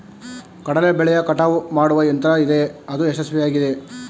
ಕಡಲೆ ಬೆಳೆಯ ಕಟಾವು ಮಾಡುವ ಯಂತ್ರ ಇದೆಯೇ? ಅದು ಯಶಸ್ವಿಯಾಗಿದೆಯೇ?